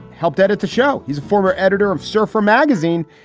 helped edit the show. he's a former editor of surfer magazine.